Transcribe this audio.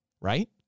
right